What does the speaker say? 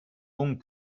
donc